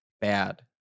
bad